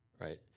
Right